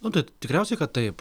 nu tai tikriausiai kad taip